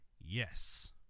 yes